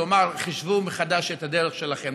לומר: חשבו מחדש את הדרך שלכם.